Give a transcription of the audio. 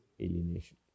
alienation